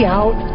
out